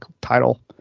title